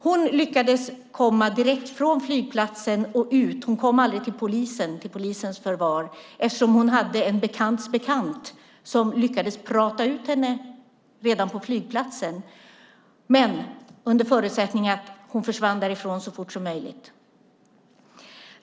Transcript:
Hon lyckades komma ut direkt från flygplatsen utan att komma till polisens förvar, för hon hade en bekants bekant som lyckades prata ut henne redan på flygplatsen, men det skedde under förutsättning att hon försvann därifrån så fort som möjligt.